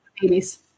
babies